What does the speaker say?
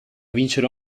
vincere